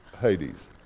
Hades